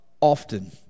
often